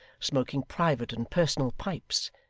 smoking private and personal pipes,